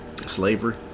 Slavery